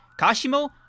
Kashimo